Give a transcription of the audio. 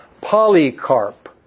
Polycarp